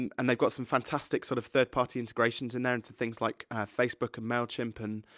and and they've got some fantastic sort of third party integrations in there, and some things like facebook, and mailchimp, and,